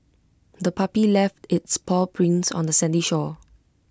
the puppy left its paw prints on the sandy shore